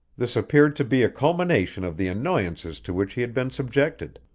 this appeared to be a culmination of the annoyances to which he had been subjected.